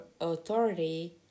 authority